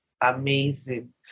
Amazing